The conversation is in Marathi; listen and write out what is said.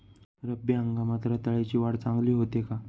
रब्बी हंगामात रताळ्याची वाढ चांगली होते का?